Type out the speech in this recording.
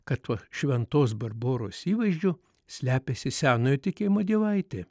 kad tuo šventos barboros įvaizdžiu slepiasi senojo tikėjimo dievaitė